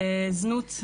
זנות זה סוג של עבדות.